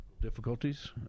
Difficulties